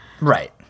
Right